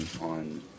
on